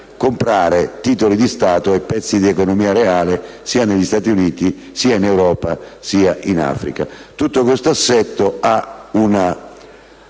comprare titoli di Stato e pezzi di economia reale, sia negli Stati Uniti sia in Europa, sia in Africa. Tutto questo assetto ha una